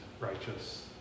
righteous